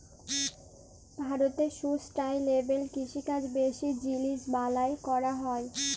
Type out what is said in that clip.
ভারতে সুস্টাইলেবেল কিষিকাজ বেশি জিলিস বালাঁয় ক্যরা হ্যয়